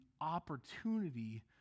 opportunity